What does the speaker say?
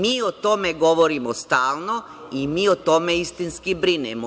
Mi o tome govorimo stalno i mi o tome istinski brinemo.